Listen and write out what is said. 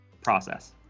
process